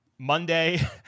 Monday